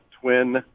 twin